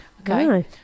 Okay